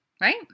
right